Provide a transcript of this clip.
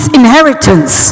inheritance